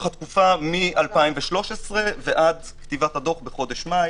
התקופה, מ-2013 ועד כתיבת הדוח בחודש מאי.